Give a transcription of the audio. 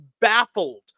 baffled